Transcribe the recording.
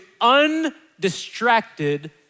undistracted